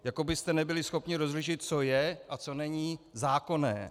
Jako byste nebyli schopni rozlišit, co je a co není zákonné.